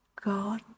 God